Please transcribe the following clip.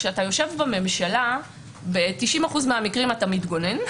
כשאתה יושב בממשלה ב-90% מהמקרים אתה מתגונן,